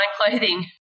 clothing